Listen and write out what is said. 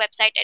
website